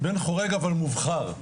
בן חורג אבל מובחר.